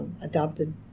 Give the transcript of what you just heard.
adopted